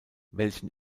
welchen